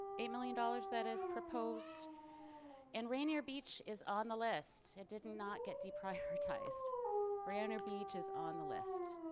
eight million dollars that is proposed and rainier beach is on the list. it did not get deprioritized rainier beach is on the list.